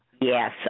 Yes